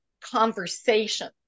conversation